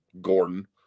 Gordon